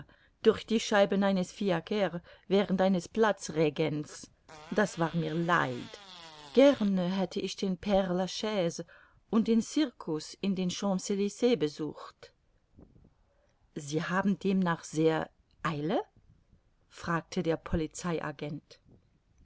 durch die scheiben eines fiaker während eines platzregens das war mir leid gerne hätte ich den pre la chaise und den circus in den champs elyses besucht sie haben demnach sehr eile fragte der